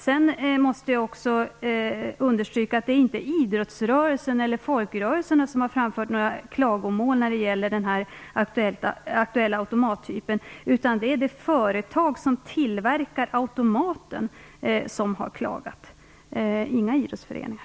Jag måste också understryka att det inte är idrottsrörelsen eller folkrörelserna som har framfört några klagomål när det gäller den aktuella automattypen, utan det är det företag som tillverkar automaten som har klagat, inga idrottsföreningar.